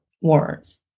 words